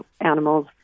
animals